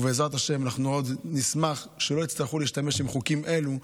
ובעזרת השם אנחנו עוד נשמח שלא יצטרכו להשתמש בחוקים אלה,